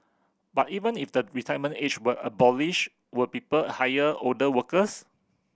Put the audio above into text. but even if the retirement age were abolished would people hire older workers